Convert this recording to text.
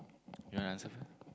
you want answer